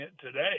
today